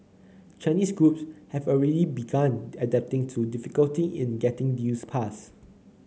Chinese groups have already begun adapting to the difficulty in getting deals passed